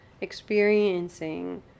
experiencing